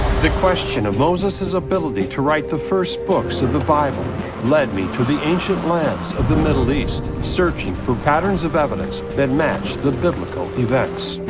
the question of moses's ability to write the first books of the bible led me to the ancient lands of the middle east, searching for patterns evidence that match the biblical events.